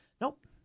Nope